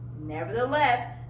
Nevertheless